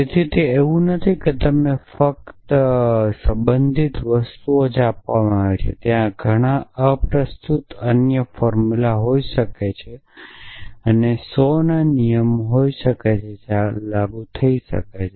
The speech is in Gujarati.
તેથી તે એવું નથી કે ફક્ત તમને સંબંધિત વસ્તુઓ જ આપવામાં આવે છે ત્યાં ઘણાં અપ્રસ્તુત અન્ય ફોર્મુલા હોઈ શકે છે અને 100 નો નિયમ હોઈ શકે છે જે લાગુ થઈ શકે છે